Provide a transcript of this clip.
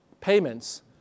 payments